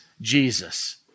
Jesus